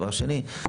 דבר שני,